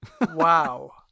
wow